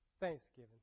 thanksgiving